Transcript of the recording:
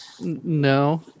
No